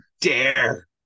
dare